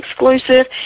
exclusive